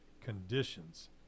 conditions